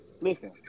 Listen